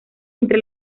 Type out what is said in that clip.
entre